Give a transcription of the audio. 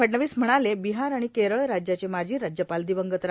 फडणवीस म्हणाले बिहार आणि केरळ राज्याचे माजी राज्यपाल दिवंगत रा